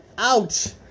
Ouch